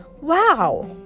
Wow